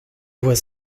was